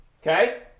Okay